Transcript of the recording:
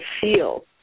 feel